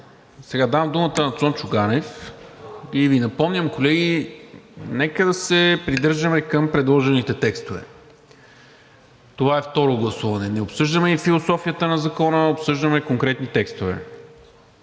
Сега давам думата на Цончо Ганев и Ви напомням, колеги, нека да се придържаме към предложените текстове. Това е второ гласуване – не обсъждаме философията на Закона, а обсъждаме конкретни текстове.